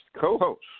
co-host